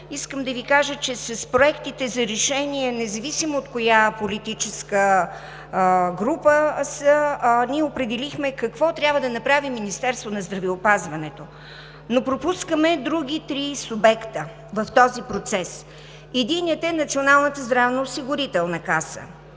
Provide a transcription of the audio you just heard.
искам да Ви кажа, че с проектите за решение, независимо от коя политическа група са, ние определихме какво трябва да направи Министерството на здравеопазването, но пропускаме други три субекта в този процес. Единият е Националната здравноосигурителна каса.